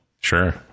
Sure